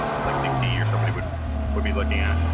um it's like, nick d or somebody would would be looking at.